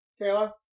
Kayla